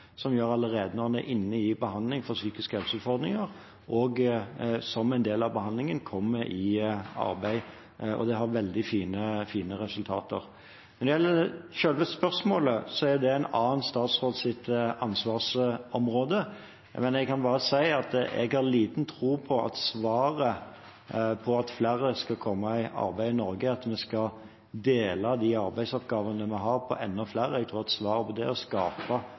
psykiske helseutfordringer, som en del av behandlingen, kommer i arbeid. Det gir veldig fine resultater. Når det gjelder selve spørsmålet, er det en annen statsråds ansvarsområde, men jeg kan bare si at jeg har liten tro på at svaret på at flere skal komme i arbeid i Norge, er at vi skal dele de arbeidsoppgavene vi har, på enda flere. Jeg tror at svaret på det er å skape